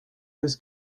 his